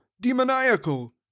demoniacal